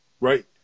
Right